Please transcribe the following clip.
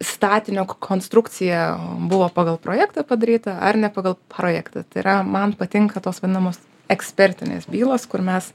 statinio konstrukcija buvo pagal projektą padaryta ar ne pagal projektą tai yra man patinka tos vadinamos ekspertinės bylos kur mes